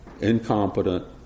incompetent